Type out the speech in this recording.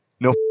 No